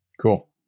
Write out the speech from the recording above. Cool